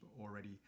already